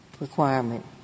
requirement